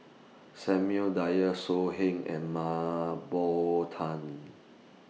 Samuel Dyer So Heng and Mah Bow Tan